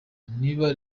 niba